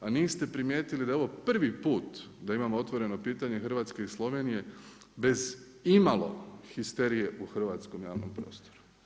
A niste primijetili da je ovo prvi put da imamo otvoreno pitanje Hrvatske i Slovenije bez imalo histerije u hrvatskom javnom prostoru.